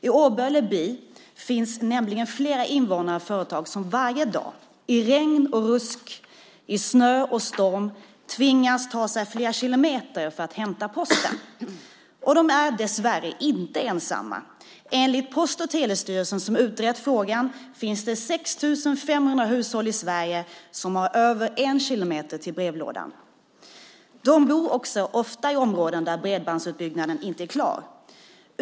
I Årböle by finns nämligen flera invånare och företag som varje dag, i regn och rusk, i snö och storm, tvingas ta sig flera kilometer för att hämta posten. De är dessvärre inte ensamma. Enligt Post och telestyrelsen, som utrett frågan, finns det 6 500 hushåll i Sverige som har över en kilometer till brevlådan. De bor ofta i områden där bredbandsutbyggnaden inte är klar.